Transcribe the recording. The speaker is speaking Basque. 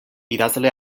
idazle